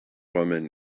woman